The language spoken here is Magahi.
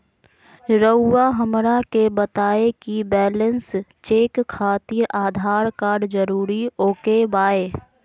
रउआ हमरा के बताए कि बैलेंस चेक खातिर आधार कार्ड जरूर ओके बाय?